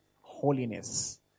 holiness